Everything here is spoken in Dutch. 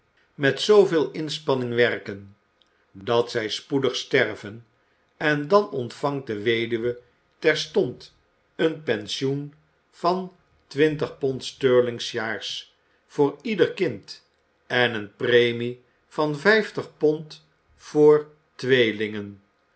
met zooveel inspanning werken dat zij spoedig sterven en dan ontvangt de weduwe terstond een pensioen van twintig pond sterling s jaars voor ieder kind en eene premie van vijftig pond voor tweelingen